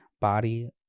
body